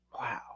Wow